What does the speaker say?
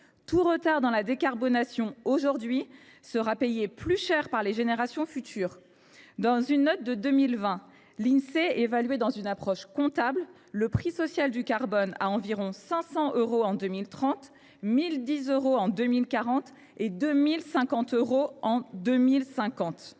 Tout retard pris dans la décarbonation aujourd’hui sera payé plus cher par les générations futures. Dans une note de 2020, l’Insee évaluait, dans une approche comptable, le prix social du carbone à environ 500 euros en 2030, à 1 010 euros en 2040 et à 2 050 euros en 2050.